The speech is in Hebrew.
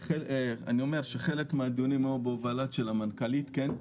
חלק מהדיונים היו בהובלת המנכ"לית, כן.